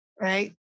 Right